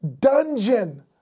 dungeon